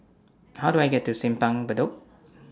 How Do I get to Simpang Bedok